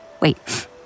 Wait